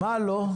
למה לא?